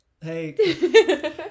hey